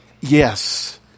Yes